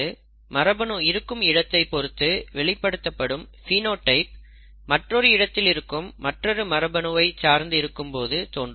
epistasis என்பது மரபணு இருக்கும் இடத்தை பொறுத்து வெளிப்படுத்தப்படும் பினோடைப் மற்றொரு இடத்தில் இருக்கும் மற்றொரு மரபணுவை சார்ந்து இருக்கும் போது தோன்றும்